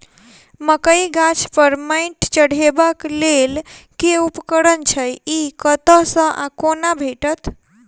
मकई गाछ पर मैंट चढ़ेबाक लेल केँ उपकरण छै? ई कतह सऽ आ कोना भेटत?